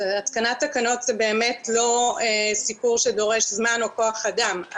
התקנת תקנות זה באמת לא סיפור שדורש זמן או כח אדם.